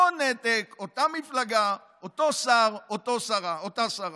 אותו נתק, אותה מפלגה, אותו שר, אותה שרה.